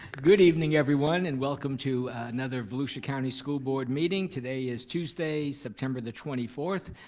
good evening everyone and welcome to another volusia county school board meeting. today is tuesday, september the twenty fourth,